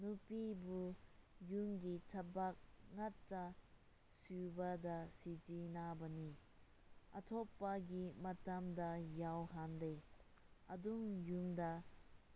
ꯅꯨꯄꯤꯕꯨ ꯌꯨꯝꯒꯤ ꯊꯕꯛ ꯉꯇ ꯁꯨꯕꯗ ꯁꯤꯖꯤꯟꯅꯕꯅꯤ ꯑꯇꯣꯞꯄꯒꯤ ꯃꯇꯝꯗ ꯌꯥꯎꯍꯟꯗꯦ ꯑꯗꯨꯝ ꯌꯨꯝꯗ